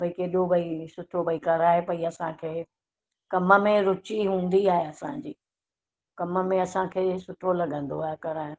भई केॾो भई सुठो भई कराए पई असांखे कम में रुची हूंदी आहे असांजी कम में असांखे सुठो लॻंदो आहे कराइणु